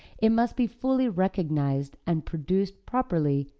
it must be fully realized and produced properly,